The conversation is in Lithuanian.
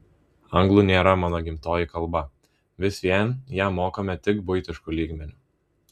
anglų nėra mano gimtoji kalba vis vien ją mokame tik buitišku lygmeniu